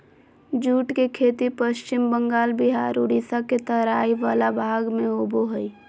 jute के खेती पश्चिम बंगाल बिहार उड़ीसा के तराई वला भाग में होबो हइ